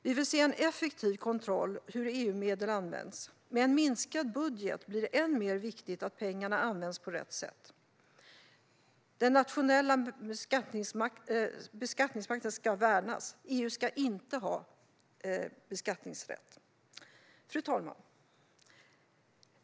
Vi vill se en effektiv kontroll av hur EU-medel används. Med en minskad budget blir det ännu viktigare att pengarna används på rätt sätt. Den nationella beskattningsmakten ska värnas. EU ska inte ha beskattningsrätt. Fru talman!